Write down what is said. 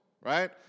right